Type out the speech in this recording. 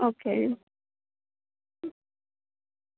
okay